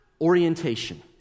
Orientation